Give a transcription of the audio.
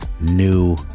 new